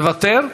מוותר?